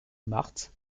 marthe